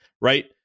Right